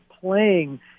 playing